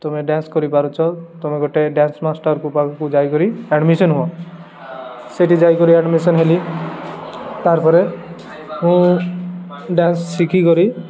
ତୁମେ ଡ୍ୟାନ୍ସ କରିପାରୁଛ ତୁମେ ଗୋଟେ ଡ୍ୟାନ୍ସ ମାଷ୍ଟରକୁ ପାଖକୁ ଯାଇକରି ଆଡ଼ମିସନ ହୁଅ ସେଠି ଯାଇକରି ଆଡ଼ମିସନ ହେଲି ତାର୍ ପରେ ମୁଁ ଡ୍ୟାନ୍ସ ଶିଖିକରି